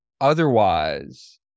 Otherwise